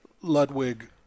Ludwig